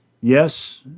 yes